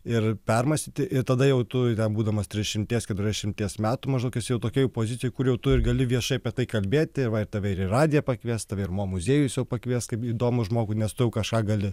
ir permąstyti ir tada jau tu būdamas trisdešimties keturiasdešimties metų maždaug esi jau tokioj pozicijoj kur jau tu ir gali viešai apie tai kalbėti va ir tave ir į radiją pakvies tave ir mo muziejus jau pakvies kaip įdomų žmogų nes tu kažką gali